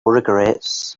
regrets